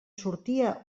sortia